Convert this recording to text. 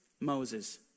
Moses